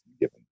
given